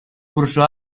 curso